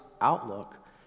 outlook